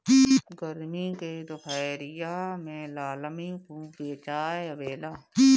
गरमी के दुपहरिया में लालमि खूब बेचाय आवेला